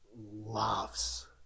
loves